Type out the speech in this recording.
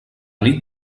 nit